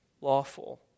lawful